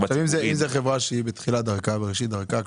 עכשיו אם זה חברה שהיא בתחילת דרכה בראשית דרכה,